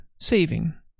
saving